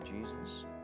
Jesus